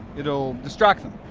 it'll distract them.